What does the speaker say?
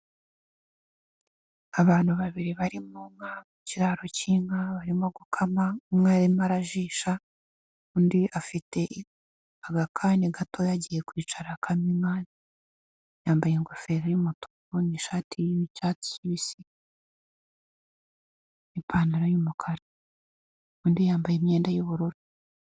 Abantu babiri bari mu nka, mu kirararo cy'inka barimo gukama, umwe arimo arajisha, undi afite agakani gatoya agiye kwicara akame inka yambaye ingofero y'umutuku n'ishati y'icyatsi kibisi, ipantaro y'umukara. Undi yambaye imyenda y'ubururu.